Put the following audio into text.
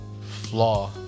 Flaw